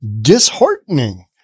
disheartening